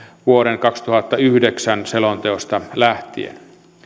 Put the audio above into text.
vuoden kaksituhattayhdeksän selonteosta lähtien